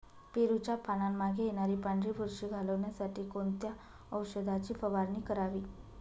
पेरूच्या पानांमागे येणारी पांढरी बुरशी घालवण्यासाठी कोणत्या औषधाची फवारणी करावी?